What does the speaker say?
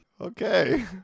Okay